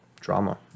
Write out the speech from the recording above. drama